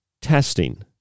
testing